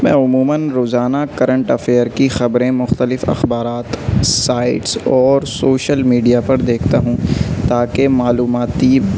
میں عموماً روزانہ کرنٹ افیئر کی خبریں مختلف اخبارات سائٹس اور سوشل میڈیا پر دیکھتا ہوں تاکہ معلوماتی